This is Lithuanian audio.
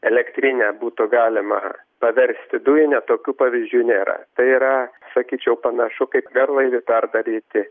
elektrinę būtų galima paversti dujine tokių pavyzdžių nėra tai yra sakyčiau panašu kaip garlaivį perdaryti